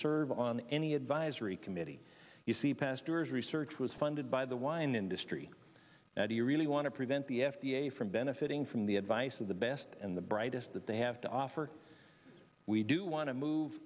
serve on any advisory committee you see pastor's research was funded by the wine industry now do you really want to prevent the f d a from benefiting from the advice of the best and the brightest that they have to offer we do want to move